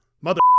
mother